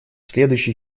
следующий